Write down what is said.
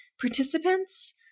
Participants